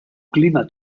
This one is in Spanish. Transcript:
clima